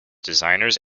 designers